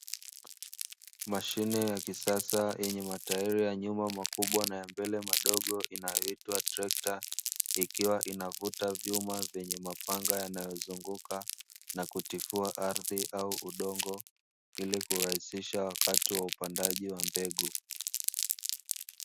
Mashine ya kisasa yenye matairi ya nyuma makubwa na ya mbele madogo inayoitwa trekta, ikiwa inavuta vyuma vyenye mapanga yanayozunguka na kutifua ardhi au udongo ili kurahisisha wakati wa upandaji wa mbegu.